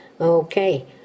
Okay